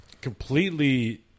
completely